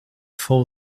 full